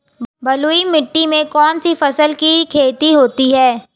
बलुई मिट्टी में कौनसी फसल की खेती होती है?